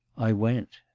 i went